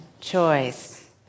choice